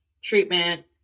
treatment